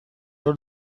بار